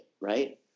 Right